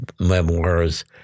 memoirs